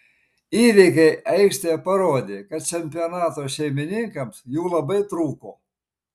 įvykiai aikštėje parodė kad čempionato šeimininkams jų labai trūko